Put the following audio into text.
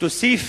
תוסיף